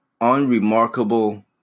unremarkable